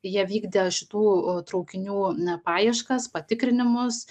jie vykdė šitų traukinių na paieškas patikrinimus